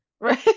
right